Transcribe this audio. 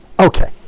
Okay